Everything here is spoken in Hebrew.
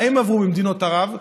מה הם עברו במדינות ערב,